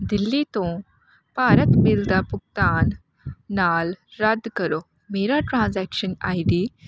ਦਿੱਲੀ ਤੋਂ ਭਾਰਤ ਬਿਲ ਦਾ ਭੁਗਤਾਨ ਨਾਲ ਰੱਦ ਕਰੋ ਮੇਰਾ ਟ੍ਰਾਂਜੈਕਸ਼ਨ ਆਈ ਡੀ